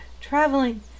traveling